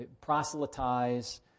proselytize